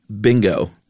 Bingo